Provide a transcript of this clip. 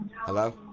Hello